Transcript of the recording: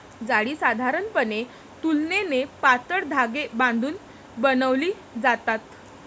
जाळी साधारणपणे तुलनेने पातळ धागे बांधून बनवली जातात